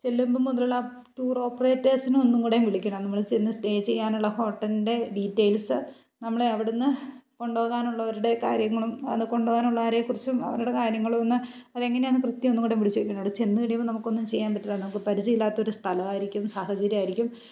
ചെല്ലുമ്പം മുതലുള്ള ടൂർ ഓപ്പറേറ്റേഴ്സിനെ ഒന്നുകൂടിയും വിളിക്കണം നമ്മൾ ചെന്ന് സ്റ്റേ ചെയ്യാനുള്ള ഹോട്ടലിൻ്റെ ഡീറ്റെയിൽസ് നമ്മളെ അവിടെ നിന്ന് കൊണ്ടുപോകാനുള്ളവരുടെ കാര്യങ്ങളും അത് കൊണ്ടുപോകാനുള്ളവരെക്കുറിച്ചും അവരുടെ കാര്യങ്ങളുമൊന്ന് അതെങ്ങനെയാണെന്ന് കൃത്യം ഒന്നുകൂടി വിളിച്ച് വയ്ക്കണം അവിടെ ചെന്ന് കഴിയുമ്പോൾ നമുക്കൊന്നും ചെയ്യാൻ പറ്റില്ല നമുക്ക് പരിചയമില്ലാത്ത ഒരു സ്ഥലമായിരിക്കും സാഹചര്യമായിരിക്കും